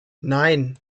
nein